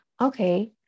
Okay